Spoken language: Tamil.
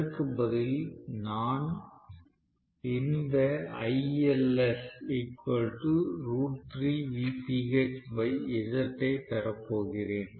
இதற்கு பதில் நான் இந்த ஐ பெறப்போகிறேன்